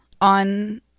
on